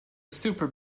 super